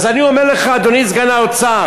אז אני אומר לך, אדוני סגן שר האוצר,